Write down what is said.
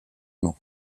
mans